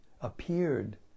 appeared